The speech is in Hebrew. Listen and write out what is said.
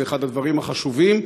זה אחד הדברים החשובים,